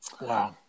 Wow